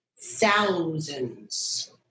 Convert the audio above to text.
thousands